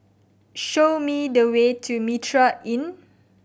show me the way to Mitraa Inn